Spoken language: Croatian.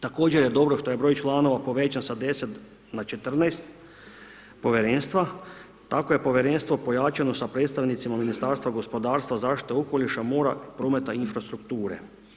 Također je dobro što je broj članova povećan sa 10 na 14 povjerenstva, tako je povjerenstvo pojačano sa predstavnicima Ministarstva gospodarstva, zaštite okoliša, mora, prometa i infrastrukture.